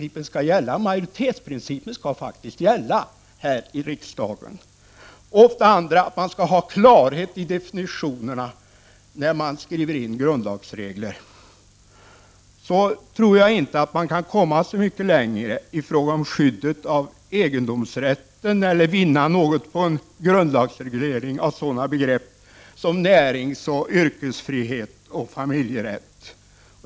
1989/90:36 cipen och majoritetsprincipen skall gälla och att man skall ha klarhet i defini 30 november 1990 tionerna när man skriver grundlagsregler — tror jag inte att man kan komma så mycket längre när det gäller skyddet för egendomsrätten eller vidta någon grundlagsreglering av sådana begrepp som näringsoch yrkesfrihet och familjerätt.